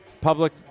public